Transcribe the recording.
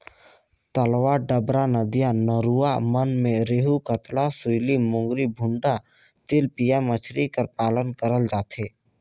तलवा डबरा, नदिया नरूवा मन में रेहू, कतला, सूइली, मोंगरी, भुंडा, तेलपिया मछरी कर पालन करल जाथे